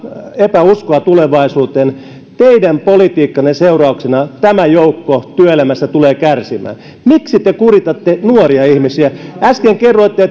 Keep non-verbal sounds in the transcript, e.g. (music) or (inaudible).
epäuskoa tulevaisuuteen teidän politiikkanne seurauksena tämä joukko työelämässä tulee kärsimään miksi te kuritatte nuoria ihmisiä äsken kerroitte (unintelligible)